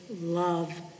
love